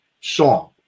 song